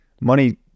Money